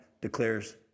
declares